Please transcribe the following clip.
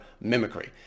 mimicry